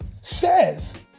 says